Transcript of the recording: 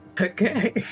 Okay